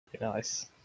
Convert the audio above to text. Nice